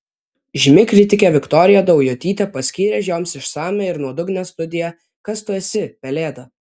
žymi kritikė viktorija daujotytė paskyrė joms išsamią ir nuodugnią studiją kas tu esi pelėda